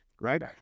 right